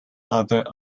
other